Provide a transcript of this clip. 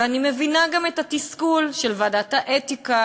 ואני מבינה גם את התסכול של ועדת האתיקה,